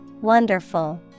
Wonderful